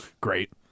Great